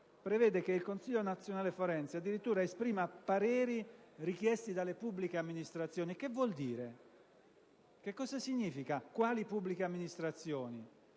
prevede che il Consiglio nazionale forense esprima addirittura pareri richiesti dalle pubbliche amministrazioni. Che cosa vuol dire? Che cosa significa? Quali pubbliche amministrazioni?